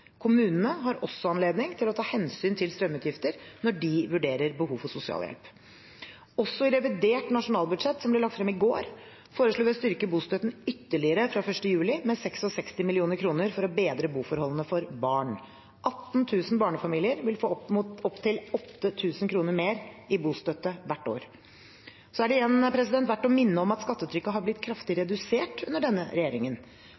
Kommunene har også anledning til å ta hensyn til strømutgifter når de vurderer behov for sosialhjelp. Også i revidert nasjonalbudsjett som ble lagt frem i går, foreslår vi å styrke bostøtten ytterligere fra 1. juli med 66 mill. kr, for å bedre boforholdene for barn. 18 000 barnefamilier vil få opp til 8 000 kr mer i bostøtte hvert år. Så er det igjen verdt å minne om at skattetrykket har blitt kraftig redusert under denne regjeringen.